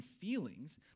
feelings